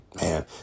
man